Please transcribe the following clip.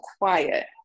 quiet